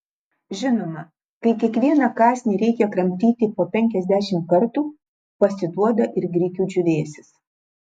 žinoma kai kiekvieną kąsnį reikia kramtyti po penkiasdešimt kartų pasiduoda ir grikių džiūvėsis